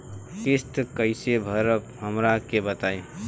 किस्त कइसे भरेम हमरा के बताई?